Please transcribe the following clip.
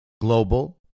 global